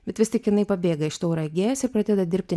bet vis tik jinai pabėga iš tauragės ir pradeda dirbti